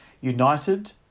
United